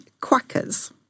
quackers